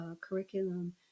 curriculum